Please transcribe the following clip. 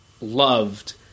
loved